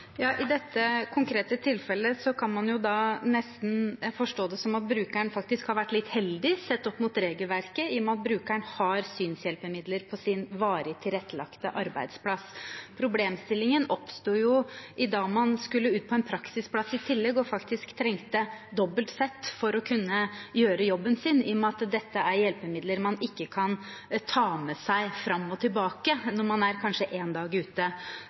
I dette konkrete tilfellet kan man jo da nesten forstå det som at brukeren faktisk har vært litt heldig, sett opp mot regelverket, i og med at brukeren har synshjelpemidler på sin varig tilrettelagte arbeidsplass. Problemstillingen oppsto idet vedkommende skulle ut på en praksisplass i tillegg og faktisk trengte dobbelt sett for å kunne gjøre jobben sin, i og med at dette er hjelpemidler man ikke kan ta med seg fram og tilbake når man er kanskje én dag ute.